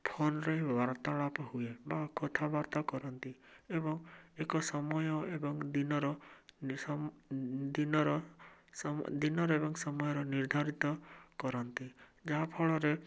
ଫୋନ୍ରେ ବାର୍ତ୍ତାଳାପ ହୁଏ ବା କଥାବାର୍ତ୍ତା କରନ୍ତି ଏବଂ ଏକ ସମୟ ଏବଂ ଦିନର ଦିନର ଦିନର ଏବଂ ସମୟର ନିର୍ଦ୍ଧାରିତ କରନ୍ତି ଯାହା ଫଳରେ